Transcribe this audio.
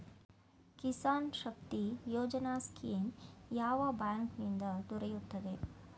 Kisan Shakti Yojana scheme ಯಾವ bank ನಿಂದ ದೊರೆಯುತ್ತದೆ?